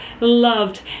loved